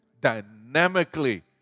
dynamically